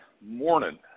morning